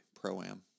Pro-Am